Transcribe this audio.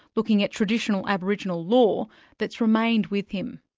looking at traditional aboriginal law that's remained with him.